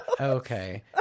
okay